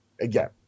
again